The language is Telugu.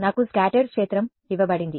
నాకు స్కాటర్డ్ క్షేత్రం ఇవ్వబడింది